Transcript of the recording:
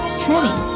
trendy